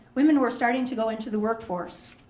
women were starting to go into the work force.